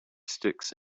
sticks